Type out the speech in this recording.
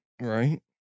Right